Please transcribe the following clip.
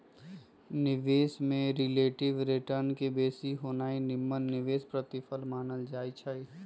निवेश में relative return के बेशी होनाइ निम्मन निवेश प्रतिफल मानल जाइ छइ